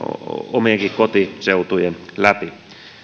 omienkin kotiseutujeni läpi